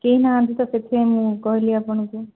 କେହି ନାହାଁନ୍ତି ତ ସେଥିପାଇଁ ମୁଁ କହିଲି ଆପଣଙ୍କୁ